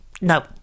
no